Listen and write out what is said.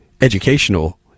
educational